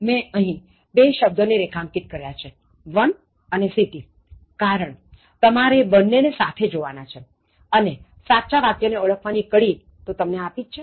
મેં અહીં બે શબ્દોને રેખાંકિત કર્યા છે one અને city કારણ તમારે એ બન્ને ને સાથે જોવાના છેઅને સાચ્ચા વાક્ય ને ઓળખવાની કડી તો તમને આપી છે